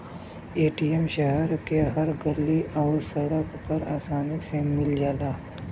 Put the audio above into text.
ATM शहर के हर गल्ली आउर सड़क पर आसानी से मिल जाला